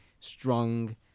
strong